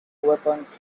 weapons